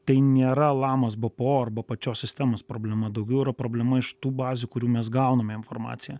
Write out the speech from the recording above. tai nėra lamos bpo arba pačios sistemos problema daugiau yra problema iš tų bazių kurių mes gauname informaciją